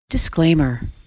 Disclaimer